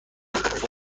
خفا